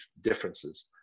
differences